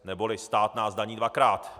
Neboli stát nás daní dvakrát.